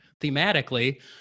thematically